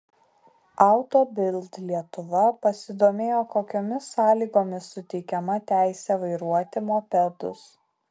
auto bild lietuva pasidomėjo kokiomis sąlygomis suteikiama teisė vairuoti mopedus